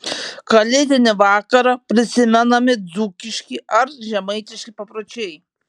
kalėdinį vakarą prisimenami dzūkiški ar žemaitiški papročiai